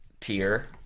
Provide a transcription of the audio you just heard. tier